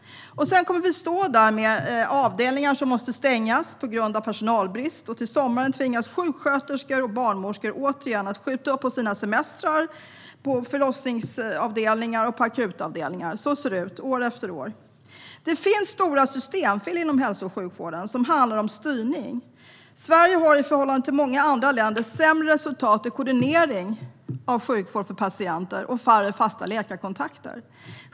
Vi kommer att stå med avdelningar som måste stängas på grund av personalbrist. Till sommaren tvingas sjuksköterskor och barnmorskor på akutavdelningar och förlossningsavdelningar att återigen skjuta på sina semestrar. Så ser det ut år efter år. Inom hälso och sjukvården finns stora systemfel som handlar om styrning. Sverige har i förhållande till många andra länder sämre resultat i koordinering av sjukvård för patienter och färre fasta läkarkontakter.